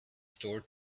store